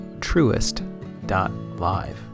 truest.live